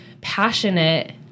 passionate